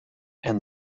and